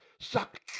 Suck